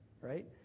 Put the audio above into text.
right